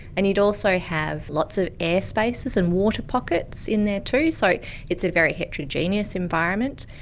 and you'd also have lots of airspaces and water pockets in there too, so it's a very heterogeneous environment.